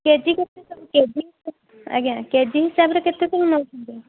କେ G କେତେ K G ଆଜ୍ଞା K G ହିସାବରେ କେତେ କ'ଣ ନେଉଛନ୍ତି